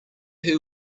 who